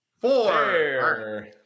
four